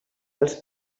els